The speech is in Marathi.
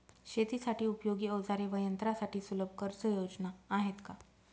शेतीसाठी उपयोगी औजारे व यंत्रासाठी सुलभ कर्जयोजना आहेत का?